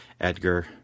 Edgar